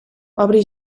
obri